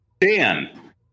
dan